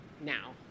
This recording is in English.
now